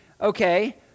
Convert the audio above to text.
okay